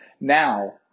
Now